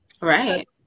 Right